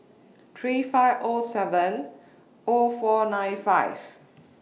three five O seven O four nine five